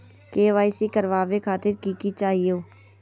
KYC करवावे खातीर कि कि चाहियो?